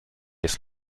jest